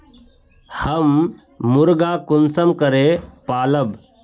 हम मुर्गा कुंसम करे पालव?